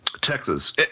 Texas